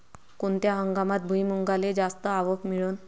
कोनत्या हंगामात भुईमुंगाले जास्त आवक मिळन?